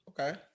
Okay